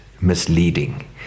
misleading